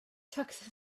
tux